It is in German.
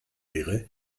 wäre